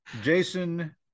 Jason